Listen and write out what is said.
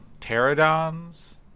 pterodons